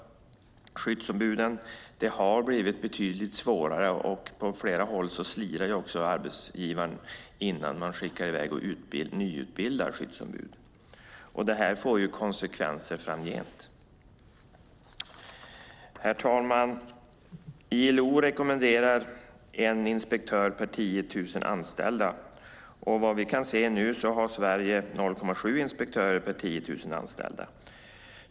Det har blivit betydligt svårare, och på flera håll slirar också arbetsgivaren innan man skickar i väg skyddsombud på nyutbildning. Detta får konsekvenser framgent. Fru talman! ILO rekommenderar en inspektör per 10 000 anställda. Vad vi kan se nu har Sverige 0,7 inspektörer per 10 000 anställda.